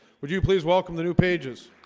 would you please welcome the new pages?